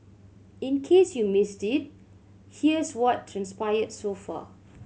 in case you missed it here's what transpired so far